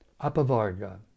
apavarga